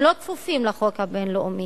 הם לא כפופים לחוק הבין-לאומי.